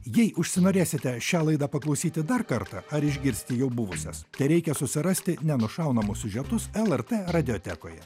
jei užsinorėsite šią laidą paklausyti dar kartą ar išgirsti jau buvusias tereikia susirasti nenušaunamus siužetus lrt radiotekoje